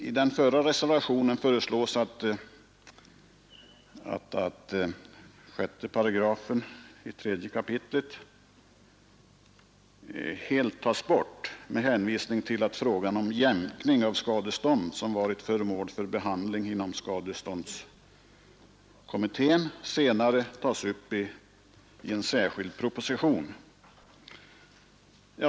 I den förra reservationen föreslås att 3 kap. 6 § helt tas bort med hänvisning till att frågan om jämkning av skadestånd som varit föremål för behandling inom skadeståndskommittén senare tas upp i en särskild proposition.